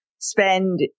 spend